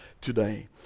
today